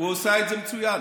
הוא עשה את זה מצוין.